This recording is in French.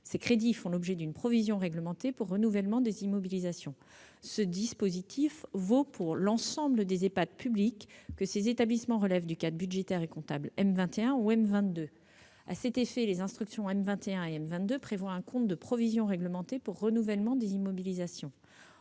ces crédits font l'objet d'une provision réglementée pour renouvellement des immobilisations. Ce dispositif vaut pour l'ensemble des Ehpad publics, que ces établissements relèvent du cadre budgétaire et comptable M21 ou M22. À cet effet, les instructions M21 et M22 prévoient un compte de « provision réglementée pour renouvellement des immobilisations